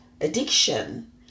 addiction